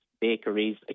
bakeries